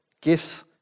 gifts